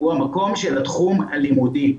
הוא המקום של התחום הלימודי.